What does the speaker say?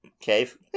cave